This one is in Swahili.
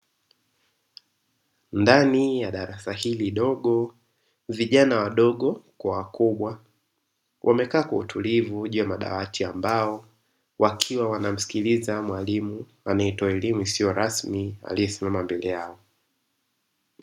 Ndani ya darasa hili dogo vijana wadogo kwa wakubwa wamekaa kwa utulivu juu ya madawati ya mbao wakiwa wanamsikiliza mwalimu anayetoa elimu isiyo rasmi aliyesimama mbele yao.